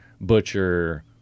butcher